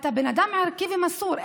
אתה בן אדם ערכי ומסור.